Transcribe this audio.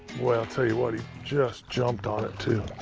boy, i'll tell you what. he just jumped on it, too.